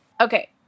Okay